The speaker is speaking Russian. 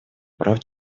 прав